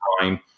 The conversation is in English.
time